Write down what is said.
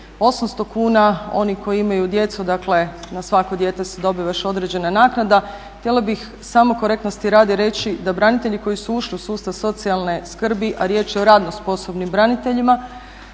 800 kuna, oni koji imaju djecu dakle na svako dijete se dobiva još određena naknada. Htjela bih samo korektnosti radi reći da branitelji koji su ušli u sustav socijalne skrbi, a riječ je o radno sposobnim braniteljima,